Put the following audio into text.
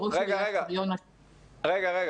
רגע, רגע.